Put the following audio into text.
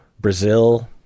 Brazil